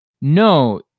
No